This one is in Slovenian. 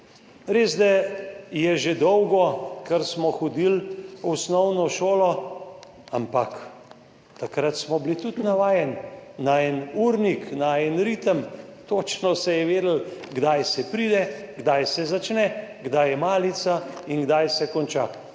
Res je že dolgo, kar smo hodili v osnovno šolo, ampak takrat smo bili tudi navajeni na en urnik, ritem, točno se je vedelo, kdaj se pride, kdaj se začne, kdaj je malica in kdaj se konča.